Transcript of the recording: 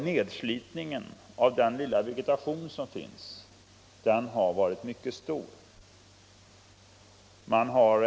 Nedslitningen av den lilla vegetation som finns har varit mycket stor.